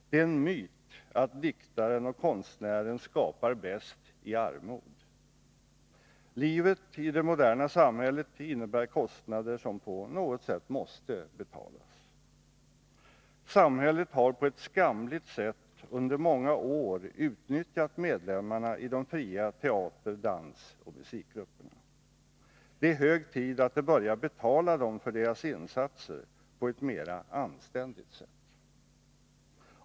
Det är en myt att diktaren och konstnären skapar bäst i armod. Livet i det moderna samhället medför kostnader som på något sätt måste betalas. Samhället har på ett skamligt sätt under många år utnyttjat medlemmarna i de fria teater-, dansoch musikgrupperna. Det är hög tid att börja betala dem för deras insatser på ett mera anständigt sätt.